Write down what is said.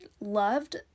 Loved